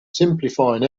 simplifying